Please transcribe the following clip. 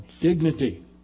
dignity